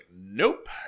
nope